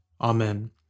Amen